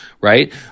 right